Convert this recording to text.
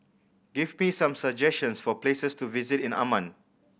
give me some suggestions for places to visit in Amman